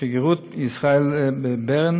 שגרירות ישראל בברן